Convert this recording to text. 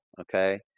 okay